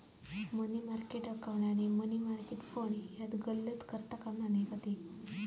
मनी market account आणि money market fund यात गल्लत करता कामा नये